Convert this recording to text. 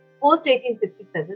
post-1857